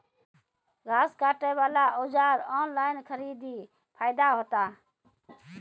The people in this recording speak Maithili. घास काटे बला औजार ऑनलाइन खरीदी फायदा होता?